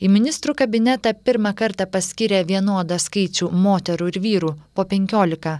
į ministrų kabinetą pirmą kartą paskyrė vienodą skaičių moterų ir vyrų po penkiolika